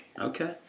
Okay